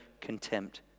contempt